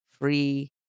free